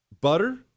Butter